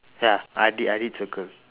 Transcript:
ya I did I did circle